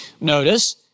Notice